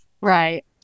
right